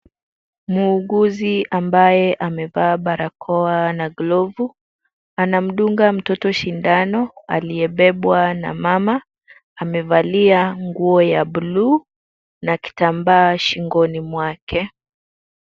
Muuguzi ambaye amevaa barakoa na glavu anamdunga mtoto sindano aliyebebwa na mama. Amevalia nguo ya buluu na kitambaa shingoni mwake.